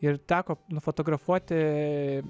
ir teko nufotografuoti